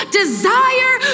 desire